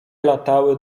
latały